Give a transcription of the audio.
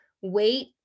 wait